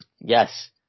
yes